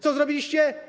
Co zrobiliście?